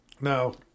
No